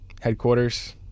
headquarters